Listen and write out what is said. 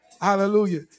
Hallelujah